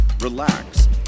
relax